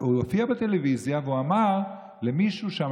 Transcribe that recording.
הוא הופיע בטלוויזיה והוא אמר למישהו שם,